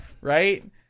Right